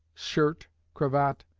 shirt, cravat,